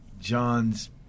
John's